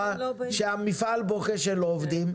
שהמפעל בוכה שאין לו עובדים,